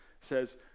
says